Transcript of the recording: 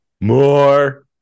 more